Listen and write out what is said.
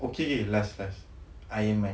okay last last iron man